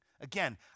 again